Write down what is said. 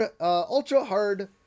ultra-hard